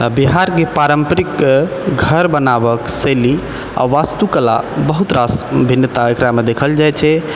बिहारके पारम्परिक घर बनाबक शैली आओर वास्तुकला बहुत रास भिन्नता एकरामे देखल जाइ छै